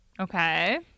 Okay